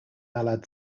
malad